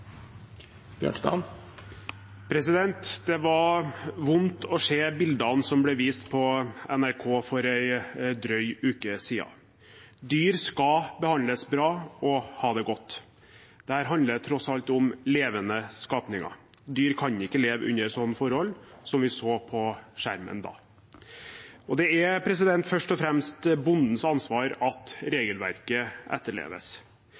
Det var vondt å se bildene som ble vist på NRK for en drøy uke siden. Dyr skal behandles bra og ha det godt. Det handler tross alt om levende skapninger. Dyr kan ikke leve under sånne forhold som vi så på skjermen da. Det er først og fremst bondens ansvar at regelverket etterleves.